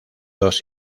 dos